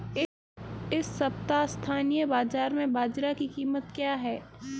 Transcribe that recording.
इस सप्ताह स्थानीय बाज़ार में बाजरा की कीमत क्या है?